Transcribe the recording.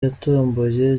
yatomboye